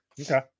Okay